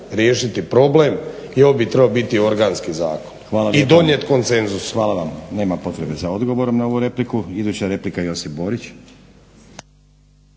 riješiti problem i ovo bi trebao biti organski zakon i donijet koncenzus. **Stazić, Nenad (SDP)** Hvala vam. Nema potrebe za odgovorom na ovu repliku. Iduća replika Josip Borić.